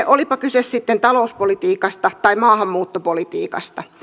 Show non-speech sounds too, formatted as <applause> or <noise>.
<unintelligible> olipa kyse sitten talouspolitiikasta tai maahanmuuttopolitiikasta